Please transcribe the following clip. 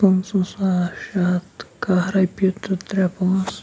پٕنٛژٕ ساس شیٚے ہَتھ کاہہ رۄپیہِ تہٕ ترٛےٚ پونٛسہٕ